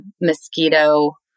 mosquito